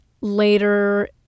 later